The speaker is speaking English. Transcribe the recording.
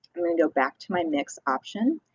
and then go back to my next option,